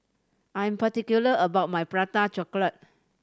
I'm particular about my Prata Chocolate